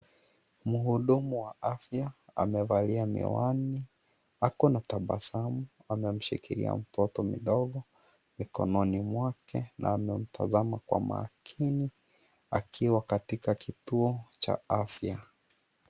Mhudumu wa afya amevalia miwani, ako na tabasamu. Amemshikilia mtoto mdogo mikononi mwake na amemtazama kwa makini, akiwa katika kituo cha afya.